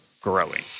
growing